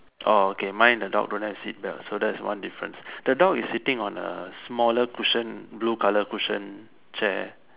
orh okay mine the dog don't have seatbelt so that's one difference the dog is sitting on a smaller cushion blue color cushion chair